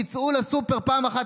צאו לסופר פעם אחת,